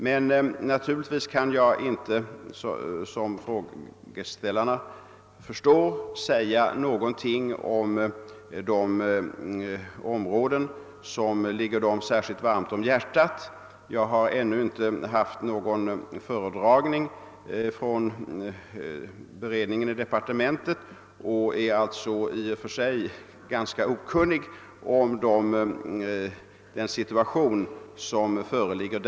Som frågeställarna säkert förstår kan jag inte nu säga någonting om de områden som ligger dem särskilt varmt om hjärtat. Jag har ännu inte haft någon föredragning från beredningen i departementet och är därför ganska okunnig om den situation som föreligger.